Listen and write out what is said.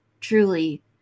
truly